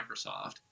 Microsoft